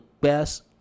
best